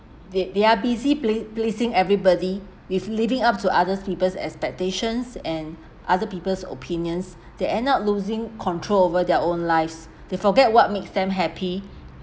they they are busy plea~ pleasing everybody with living up to others people's expectations and other people's opinions they end up losing control over their own lives they forget what makes them happy